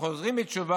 תודה רבה.